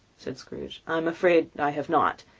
said scrooge. i am afraid i have not.